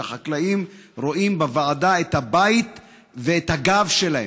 שהחקלאים רואים בוועדה את הבית ואת הגב שלהם.